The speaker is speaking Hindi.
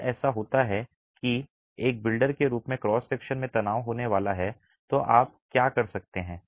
यदि ऐसा होता है कि एक बिल्डर के रूप में क्रॉस सेक्शन में तनाव होने वाला है तो आप क्या कर सकते हैं